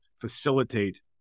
facilitate